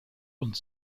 und